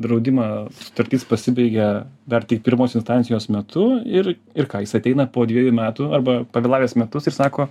draudimą sutartis pasibaigia dar tik pirmos instancijos metu ir ir ką jis ateina po dviejų metų arba pavėlavęs metus ir sako